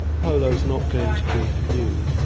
polo is not going to be for you.